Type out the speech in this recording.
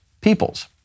people's